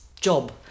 job